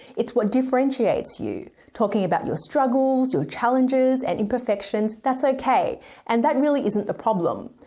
it's what differentiates you. talking about your struggles, your challenges and imperfections. that's okay and that really isn't the problem.